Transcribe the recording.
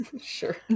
sure